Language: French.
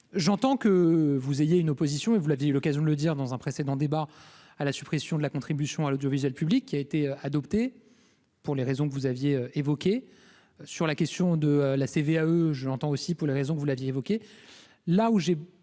j'entends que vous ayez une opposition et vous l'avez eu l'occasion de le dire dans un précédent débat, à la suppression de la contribution à l'audiovisuel public qui a été adopté pour les raisons que vous aviez évoqué sur la question de la CVAE je l'entends aussi pour les raisons que vous l'aviez évoqué